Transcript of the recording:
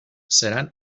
seran